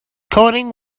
coding